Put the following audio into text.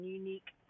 unique